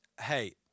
hey